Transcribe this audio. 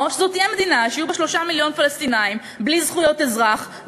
או שזאת תהיה מדינה שיהיו בה 3 מיליון פלסטינים בלי זכויות אזרח,